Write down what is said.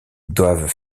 doivent